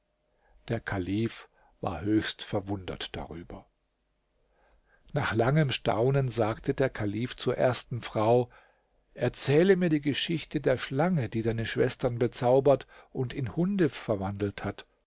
der kalif war höchst verwundert darüber nach langem staunen sagte der kalif zur ersten frau erzähle mir die geschichte der schlange die deine schwestern bezaubert und in hunde verwandelt hat